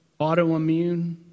Autoimmune